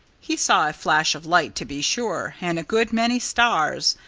he saw a flash of light, to be sure, and a good many stars.